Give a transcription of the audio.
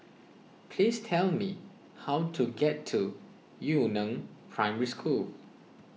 please tell me how to get to Yu Neng Primary School